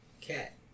Cat